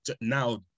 now